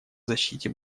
защите